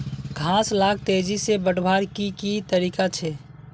घास लाक तेजी से बढ़वार की की तरीका छे?